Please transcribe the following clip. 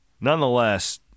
Nonetheless